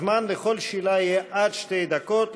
הזמן לכל שאלה יהיה עד שתי דקות,